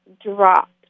dropped